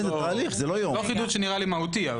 לא חידוד שנראה לי מהותי.